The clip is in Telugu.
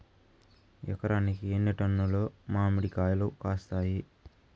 ఎకరాకి ఎన్ని టన్నులు మామిడి కాయలు కాస్తాయి?